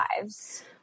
lives